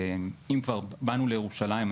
אם כבר באנו לירושלים,